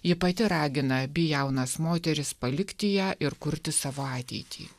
ji pati ragina abi jaunas moteris palikti ją ir kurti savo ateitį